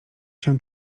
się